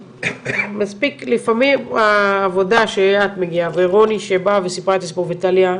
מספיק לפעמים העבודה שאת מגיעה ורוני שבאה וסיפרה את הסיפור וטליה,